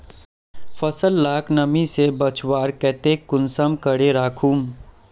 फसल लाक नमी से बचवार केते कुंसम करे राखुम?